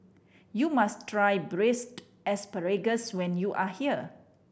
you must try Braised Asparagus when you are here